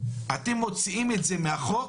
אתם מוציאים את זה מהחוק